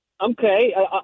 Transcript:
Okay